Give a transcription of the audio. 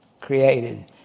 created